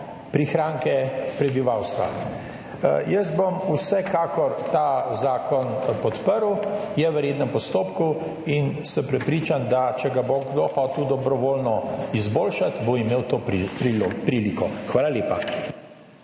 prihranke prebivalstva. Jaz bom vsekakor ta zakon podprl, je v rednem postopku in sem prepričan, da če ga bo kdo hotel dobrovoljno izboljšati, bo imel to priliko. Hvala lepa.